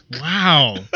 Wow